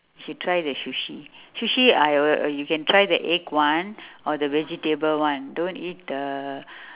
you should try the sushi sushi I will you can try the egg one or the vegetable one don't eat the